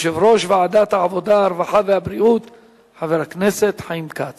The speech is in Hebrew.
11 בעד, אין מתנגדים, אין נמנעים.